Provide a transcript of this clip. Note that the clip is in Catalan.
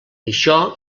això